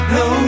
no